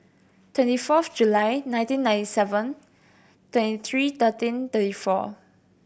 twenty fourth July nineteen ninety seven twenty three thirteen thirty four